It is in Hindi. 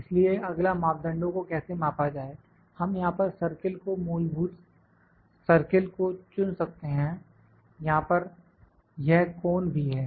इसलिए अगला मापदंडों को कैसे मापा जाए हम यहां पर सर्किल को मूलभूत सर्किल को चुन सकते हैं यहां पर यह कोन भी है